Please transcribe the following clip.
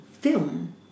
film